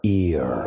ear